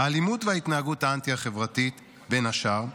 האלימות וההתנהגות האנטי-חברתית בין השאר,